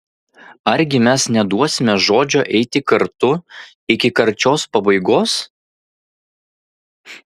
argi mes neduosime žodžio eiti kartu iki karčios pabaigos